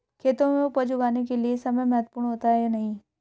खेतों में उपज उगाने के लिये समय महत्वपूर्ण होता है या नहीं?